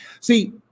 See